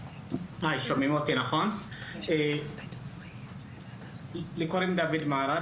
שמי דוד מהרט,